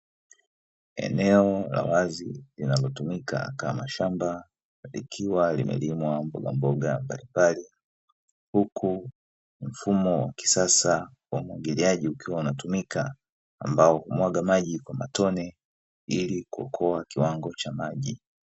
Eneo la wazi linalotumika kama shamba, likiwa limelimwa mbogamboga mbalimbali, huku mfumo wa kisasa wa umwagiliaji ukiwa unatumika ambao humwaga maji kwa matone, ili kuokoa kiwango cha umwagiliaji.